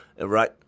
right